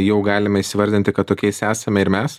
jau galime įsivardinti kad tokiais esame ir mes